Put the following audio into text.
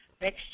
next